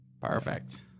perfect